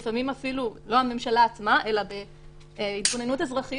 לפעמים אפילו לא הממשלה עצמה אלא בהתגוננות אזרחית